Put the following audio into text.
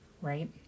right